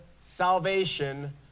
salvation